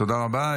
תודה רבה.